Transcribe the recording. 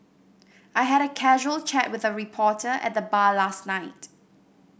I had a casual chat with a reporter at the bar last night